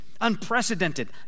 Unprecedented